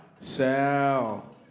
Sal